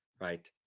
Right